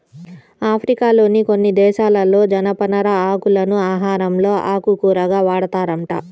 ఆఫ్రికాలోని కొన్ని దేశాలలో జనపనార ఆకులను ఆహారంలో ఆకుకూరగా వాడతారంట